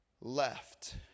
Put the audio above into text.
left